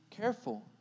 careful